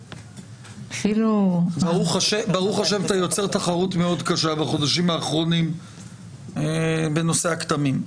ברוך השם אתה יוצר תחרות מאוד קשה בחודשים האחרונים בנושא הכתמים.